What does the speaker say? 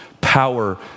power